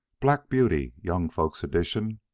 black beauty, young folks' edition,